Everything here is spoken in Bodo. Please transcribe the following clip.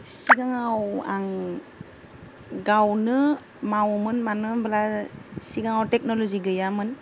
सिगाङाव आं गावनो मावोमोन मानो होनोब्ला सिगाङाव टेक्न'ल'जि गैयामोन